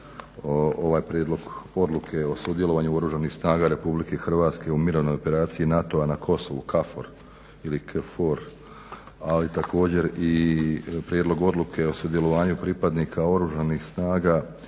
ovaj Prijedlog odluke o sudjelovanju Oružanih snaga RH u mirovnoj operaciji NATO-a na Kosovu KFOR ili KFOR, ali također i prijedlog odluke o sudjelovanju pripadnika Oružanih snaga